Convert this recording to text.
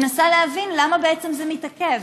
אני מנסה להבין למה זה מתעכב.